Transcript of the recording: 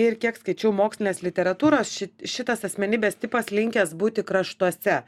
ir kiek skaičiau mokslinės literatūros ši šitas asmenybės tipas linkęs būti kraštuose